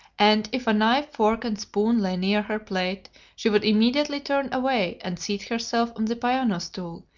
and if a knife, fork, and spoon lay near her plate she would immediately turn away and seat herself on the piano-stool,